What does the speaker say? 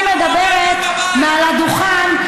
כשאני מדברת מעל הדוכן,